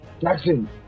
Jackson